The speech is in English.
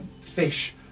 fish